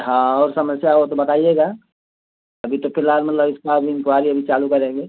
हाँ और समस्या हो तो बताइएगा अभी तो फिलहाल मतलब इसका अभी इंक्वारी अभी चालू करेंगे